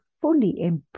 fully